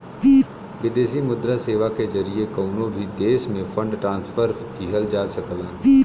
विदेशी मुद्रा सेवा के जरिए कउनो भी देश में फंड ट्रांसफर किहल जा सकला